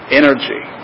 energy